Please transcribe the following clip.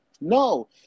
no